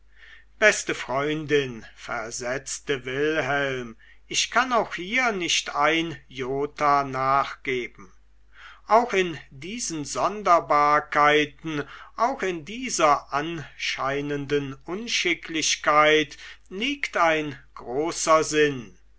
beste freundin versetzte wilhelm ich kann auch hier nicht ein jota nachgeben auch in diesen sonderbarkeiten auch in dieser anscheinenden unschicklichkeit liegt ein großer sinn